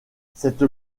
cette